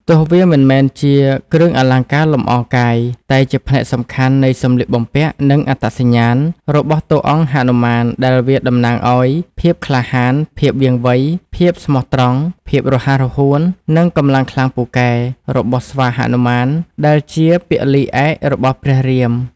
ទោះវាមិនមែនជាមិនមែនជាគ្រឿងអលង្ការលម្អកាយតែជាផ្នែកសំខាន់នៃសំលៀកបំពាក់ និងអត្តសញ្ញាណ របស់តួអង្គហនុមានដែលវាតំណាងឲ្យ ភាពក្លាហាន ភាពវាងវៃ ភាពស្មោះត្រង់ ភាពរហ័សរហួន និងកម្លាំងខ្លាំងពូកែ របស់ស្វាហនុមាន ដែលជាពលីឯករបស់ព្រះរាម។។